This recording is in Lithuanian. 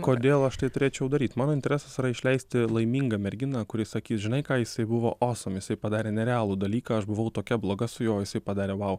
kodėl aš tai turėčiau daryt mano interesas yra išleisti laimingą merginą kuri sakys žinai ką jisai buvo osom jisai padarė nerealų dalyką aš buvau tokia bloga su juo o jisai padarė vau